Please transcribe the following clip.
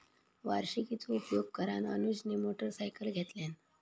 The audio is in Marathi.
वार्षिकीचो उपयोग करान अनुजने मोटरसायकल घेतल्यान